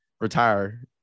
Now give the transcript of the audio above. retire